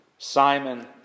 Simon